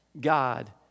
God